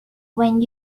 when